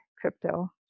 crypto